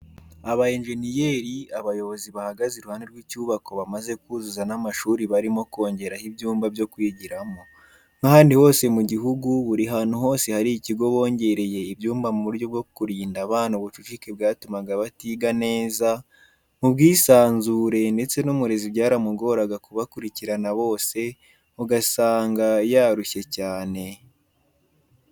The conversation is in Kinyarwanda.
Abayenjeniyeri, abayobozi bahagaze iruhande rw'icyubakwa bamaze kuzuza n'amashuri barimo kongeraho ibyumba byo kwigiramo. Nk'ahandi hose mu gihugu, buri hantu hose hari ikigo bongereye ibyumba mu buryo bwo kurinda abana ubucucike bwatumaga batiga neza, mubwisanzure ndetse n'umurezi byaramugoraga kubakurikirana bose ugasanga yarushye cyane.